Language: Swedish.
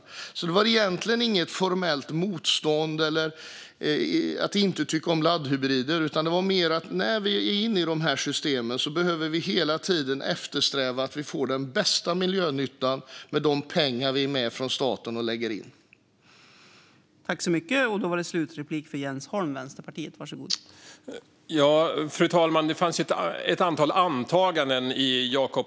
Det handlade alltså egentligen inte om något formellt motstånd eller att jag inte tycker om laddhybrider, utan det handlade mer om att vi när vi är inne i de här systemen hela tiden behöver eftersträva att vi får den bästa miljönyttan för de pengar vi är med och lägger in från staten.